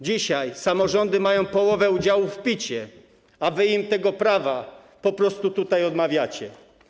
Dzisiaj samorządy mają połowę udziałów w Picie, a wy im tego prawa po prostu odmawiacie.